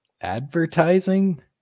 advertising